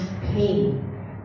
pain